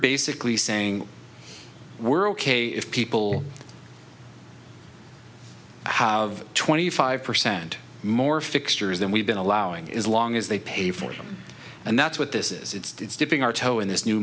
basically saying we're ok if people have twenty five percent more fixtures than we've been allowing is long as they pay for them and that's what this is it's dipping our toe in this new